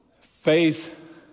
Faith